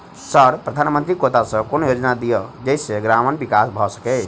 Sir प्रधानमंत्री quota सऽ कोनो योजना दिय जै सऽ ग्रामक विकास भऽ सकै?